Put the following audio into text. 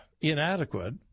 inadequate